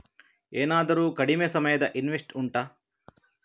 ಏನಾದರೂ ಕಡಿಮೆ ಸಮಯದ ಇನ್ವೆಸ್ಟ್ ಉಂಟಾ